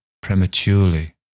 prematurely